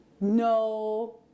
no